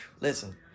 Listen